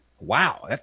wow